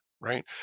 right